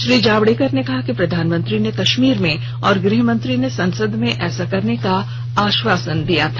श्री जावडेकर ने कहा कि प्रधानमंत्री ने कश्मीर में और गृहमंत्री ने संसद में ऐसा करने का आश्वासन दिया था